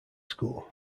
school